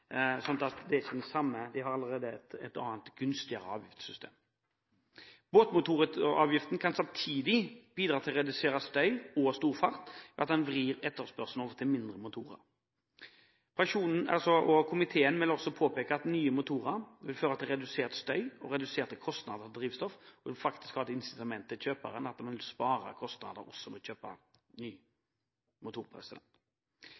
det gjelder kjøp av båt. Der er det allerede et gunstig avgiftssystem. Båtmotoravgiften kan samtidig bidra til å redusere støy og stor fart ved at den vrir etterspørselen over til mindre motorer. Flertallet i komiteen vil også påpeke at nye motorer vil føre til redusert støy og reduserte kostnader til drivstoff. Det vil faktisk være et incitament til kjøperne at de vil spare kostnader ved kjøp av ny